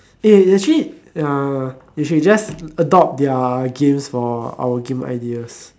eh actually ya we should just adopt their games for our game ideas